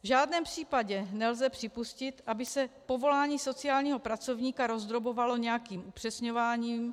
V žádném případě nelze připustit, aby se povolání sociálního pracovníka rozdrobovalo nějakým upřesňováním.